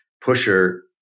pusher